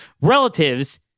relatives